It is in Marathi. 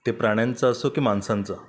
ते प्राण्यांचं असो की माणसांचं